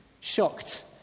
shocked